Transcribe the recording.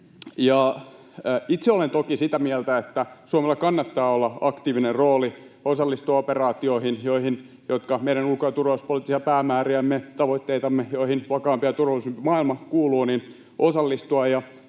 Itse olen toki sitä mieltä, että Suomella kannattaa olla aktiivinen rooli osallistua operaatioihin, jotka edistävät meidän ulko- ja turvallisuuspoliittisia päämääriämme, tavoitteitamme, joihin vakaampi ja turvallisempi maailma kuuluu. Suomalaisten